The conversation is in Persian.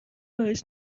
برایش